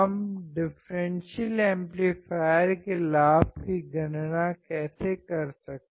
हम differential amplifier के लाभ की गणना कैसे कर सकते हैं